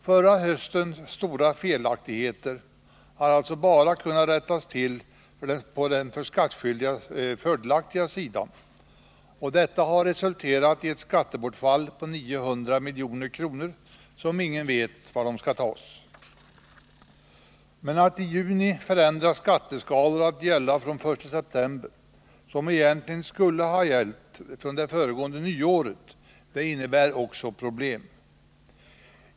Förra höstens stora felaktigheter har alltså bara kunna rättas till på den för de skattskyldiga fördelaktiga sidan, och detta har resulterat i ett skattebortfall på 900 milj.kr. - pengar som ingen vet var de skall tas. Men att i juni förändra skatteskalor att gälla från den 1 september, när de egentligen skulle ha gällt från det föregående nyåret, innebär också problem.